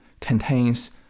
contains